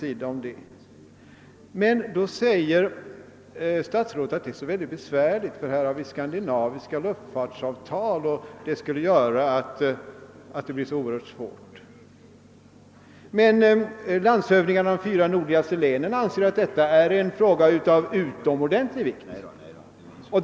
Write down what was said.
Statsrådet framhåller emellertid att det skulle vara mycket besvärligt, eftersom det har träffats luftfartsavtal på skandinavisk basis. Landshövdingarna i de fyra nordligaste länen anser emellertid att detta är en fråga av utomordentlig vikt.